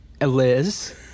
Liz